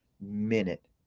minute